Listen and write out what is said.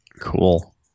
Cool